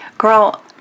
girl